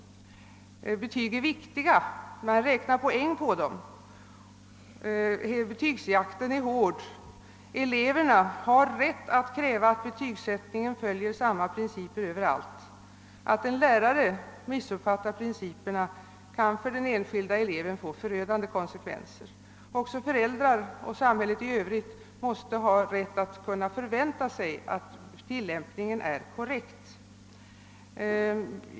Betyg är viktiga; man räknar poäng på dem. Betygsjakten är hård, och eleverna har rätt att kräva att betygsättningen sker efter sanima principer överallt. Om en lärare missuppfattar principerna kan det få förödande konsekvenser för den enskilde eleven. Också föräldrar och samhället i övrigt måste ha rätt att fordra att tilllämpningen sker korrekt.